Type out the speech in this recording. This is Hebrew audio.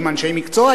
עם אנשי מקצוע,